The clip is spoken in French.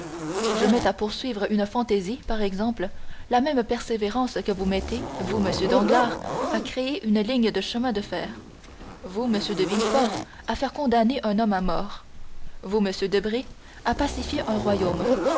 je mets à poursuivre une fantaisie par exemple la même persévérance que vous mettez vous monsieur danglars à créer une ligne de chemin de fer vous monsieur de villefort à faire condamner un homme à mort vous monsieur debray à pacifier un royaume